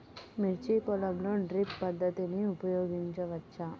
మిర్చి పొలంలో డ్రిప్ పద్ధతిని ఉపయోగించవచ్చా?